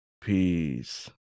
Peace